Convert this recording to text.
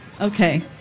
Okay